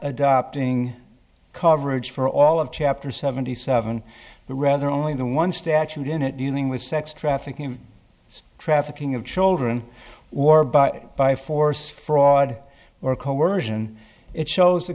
adopting coverage for all of chapter seventy seven but rather only the one statute in it dealing with sex trafficking trafficking of children or by by force fraud or coercion it shows the